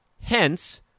Hence